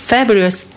Fabulous